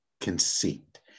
conceit